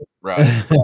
right